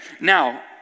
Now